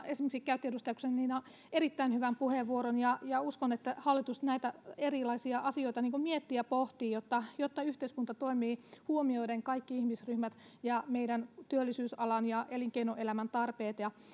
esimerkiksi edustaja guzenina käytti erittäin hyvän puheenvuoron uskon että hallitus näitä erilaisia asioita miettii ja pohtii jotta jotta yhteiskunta toimii huomioiden kaikki ihmisryhmät ja meidän työllisyysalojen ja elinkeinoelämän tarpeet